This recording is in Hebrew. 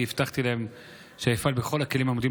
הבטחתי להם שאפעל בכל הכלים העומדים